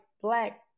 black